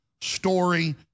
story